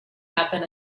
happen